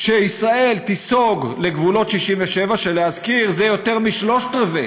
שישראל תיסוג לגבולות 67' ולהזכיר זה יותר משלושה רבעים,